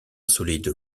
solide